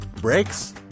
Brakes